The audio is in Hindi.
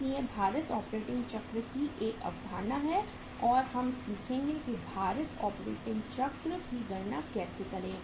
इसलिए भारित ऑपरेटिंग चक्र की एक अवधारणा है और हम सीखेंगे कि भारित ऑपरेटिंग चक्र की गणना कैसे करें